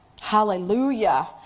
Hallelujah